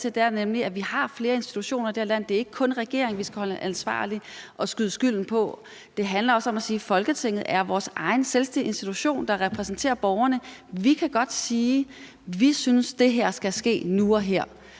at vi nemlig har flere institutioner i det her land. Det er ikke kun regeringen, vi skal holde ansvarlig og skyde skylden på. Det handler også om at sige, at Folketinget er sin egen selvstændige institution, der repræsenterer borgerne. Vi kan godt sige, at vi synes, det her skal ske nu og her,